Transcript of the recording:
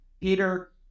Peter